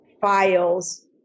files